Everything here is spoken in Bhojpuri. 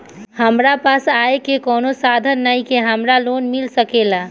हमरा पास आय के कवनो साधन नईखे हमरा लोन मिल सकेला?